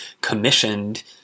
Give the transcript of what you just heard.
commissioned